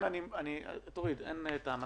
אין טעם.